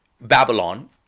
Babylon